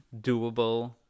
doable